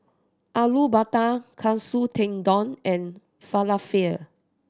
Alu Matar Katsu Tendon and Falafel